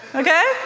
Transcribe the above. okay